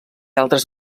altres